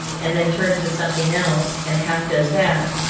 and then turns to something else, and half does that,